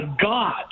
God